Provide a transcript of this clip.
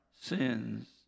sins